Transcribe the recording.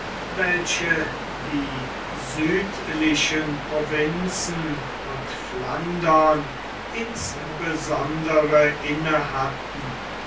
welche die südlichen provinzen und flandern insbesondere